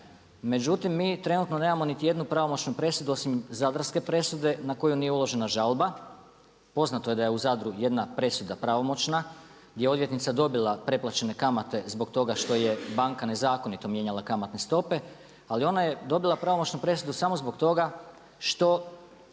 Međutim, mi trenutno nemamo niti jednu pravomoćnu presudu osim zadarske presude na koju nije uložena žalbe. Poznato je da je u Zadru jedna presuda pravomoćna gdje je odvjetnica dobila preplaćene kamate zbog toga što je banka nezakonito mijenjala kamatne stope, ali ona je dobila pravomoćnu presudu samo zbog toga što